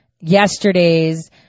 yesterday's